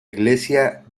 iglesia